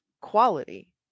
quality